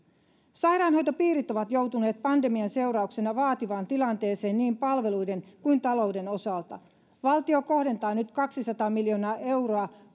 sairaanhoitopiirit ovat joutuneet pandemian seurauksena vaativaan tilanteeseen niin palveluiden kuin talouden osalta valtio kohdentaa nyt kaksisataa miljoonaa euroa